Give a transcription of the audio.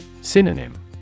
Synonym